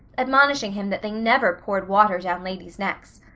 admonishing him that they never poured water down ladies' necks.